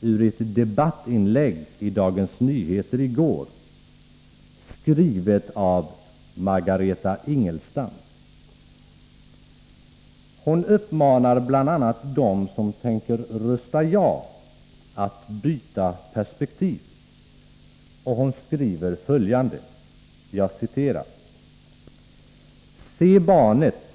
ur ett debattinlägg i DN i går, skrivet av Margareta Ingelstam. Hon uppmanar bl.a. dem som tänker rösta ja till regeringens förslag att byta perspektiv, och hon skriver följande: ”Se barnet!